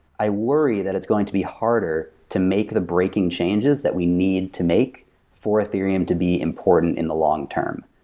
i worry that it's going to be harder to make the breaking changes that we need to make for ethereum to be important in the long-term.